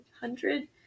hundred